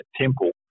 temple